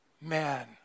man